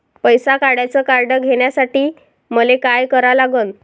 पैसा काढ्याचं कार्ड घेण्यासाठी मले काय करा लागन?